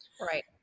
Right